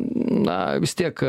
na vis tiek